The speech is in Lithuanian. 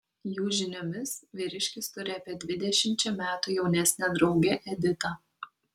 jų žiniomis vyriškis turi apie dvidešimčia metų jaunesnę draugę editą